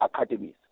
academies